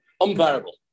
unbearable